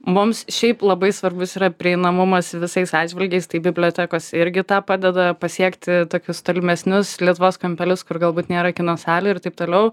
mums šiaip labai svarbus yra prieinamumas visais atžvilgiais tai bibliotekos irgi tą padeda pasiekti tokius tolimesnius lietuvos kampelius kur galbūt nėra kino salių ir taip toliau